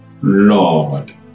Lord